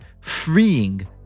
freeing